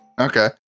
Okay